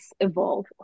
evolve